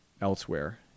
elsewhere